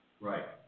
Right